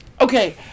Okay